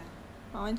change